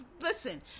listen